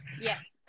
yes